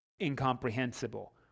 Incomprehensible